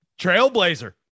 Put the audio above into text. trailblazer